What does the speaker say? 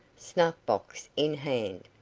snuff-box in hand.